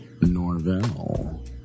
Norvell